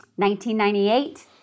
1998